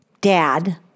dad